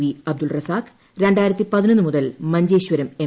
B Abdul Razak മുതൽ Manjeshwaram M